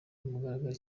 mugaragaro